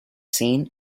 scene